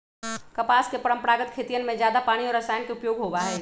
कपास के परंपरागत खेतियन में जादा पानी और रसायन के उपयोग होबा हई